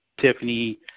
Tiffany